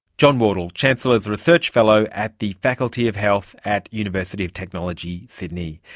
jon wardle, chancellor's research fellow at the faculty of health at university of technology, sydney.